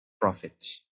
profits